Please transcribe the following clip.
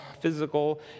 physical